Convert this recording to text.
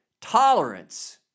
Tolerance